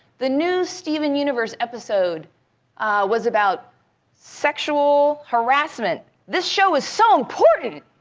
the new steven universe episode was about sexual harassment. this show was so important.